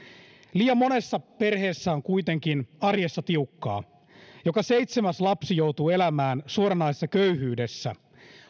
liian monessa perheessä on kuitenkin arjessa tiukkaa joka seitsemäs lapsi joutuu elämään suoranaisessa köyhyydessä